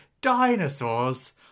Dinosaurs